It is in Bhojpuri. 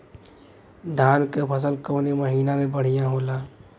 धान क फसल कवने माटी में बढ़ियां होला?